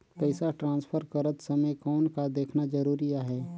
पइसा ट्रांसफर करत समय कौन का देखना ज़रूरी आहे?